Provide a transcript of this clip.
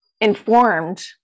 informed